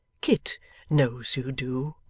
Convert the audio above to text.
kit knows you do